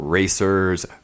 Racer's